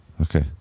Okay